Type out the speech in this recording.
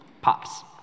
pops